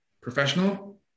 professional